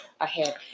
ahead